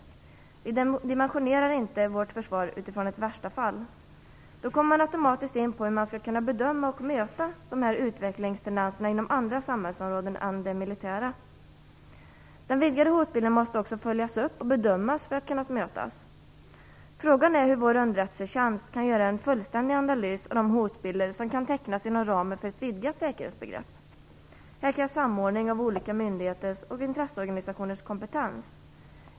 Vi dimensionerar inte vårt försvar utifrån ett värstafall. Då kommer man automatiskt in på hur man skall kunna bedöma och möta de här utvecklingstendenserna inom andra samhällsområden än det militära. Den vidgade hotbilden måste också följas upp och bedömas för att kunna mötas. Frågan är hur vår underrättelsetjänst kan göra en fullständig analys av de hotbilder som kan tecknas inom ramen för ett vidgat säkerhetsbegrepp. Här krävs det en samordning av olika myndigheters och intresseorganisationers kompetens.